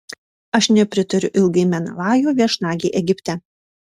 aš nepritariu ilgai menelajo viešnagei egipte